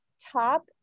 top